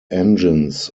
engines